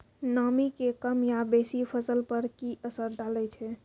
नामी के कम या बेसी फसल पर की असर डाले छै?